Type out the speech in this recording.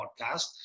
Podcast